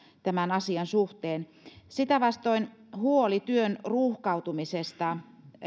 tämän asian suhteen sitä vastoin huoli työn ruuhkautumisesta